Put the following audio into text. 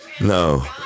No